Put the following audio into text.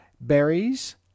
berries